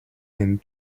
and